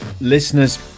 listeners